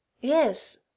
yes